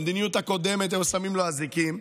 במדיניות הקודמת היו שמים לו אזיקים,